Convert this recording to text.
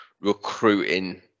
recruiting